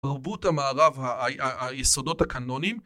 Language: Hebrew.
תרבות המערב, היסודות הקנונים